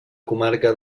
comarca